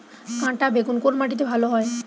কাঁটা বেগুন কোন মাটিতে ভালো হয়?